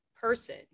person